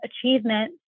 achievement